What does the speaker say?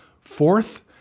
Fourth